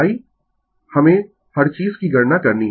I हमें हर चीज की गणना करनी है